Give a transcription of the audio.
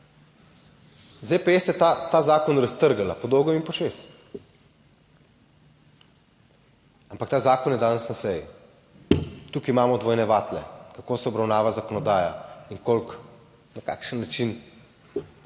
ZPS je ta zakon raztrgala po dolgem in počez, ampak ta zakon je danes na seji. Tukaj imamo dvojne vatle, kako se obravnava zakonodaja in koliko, na kakšen način